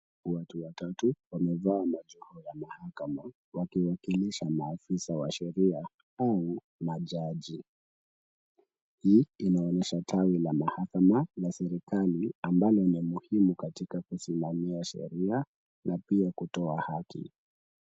Watu watatu wamevaa majufu ya mahakama, wakiwakilisha maafisa wa sheria au majaji. Hii inaonyesha tawi la mahakama la serikali ambalo limehimu katika kusimamia sheria na pia kutoa haki.